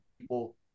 people